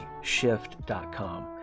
shift.com